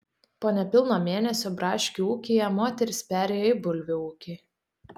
po nepilno mėnesio braškių ūkyje moteris perėjo į bulvių ūkį